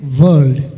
world।